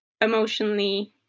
emotionally